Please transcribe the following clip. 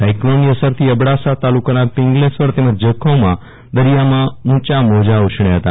cyclone ની અસરથી અબડાસા તાલુકા ના પિંગલેશવર તેમજ જખૌ માં દરિયામાં ઉંચા મોજાં ઉછળયા હતા